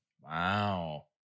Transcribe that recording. Wow